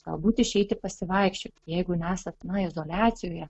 galbūt išeiti pasivaikščioti jeigu nesat izoliacijoje